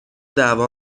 دعوا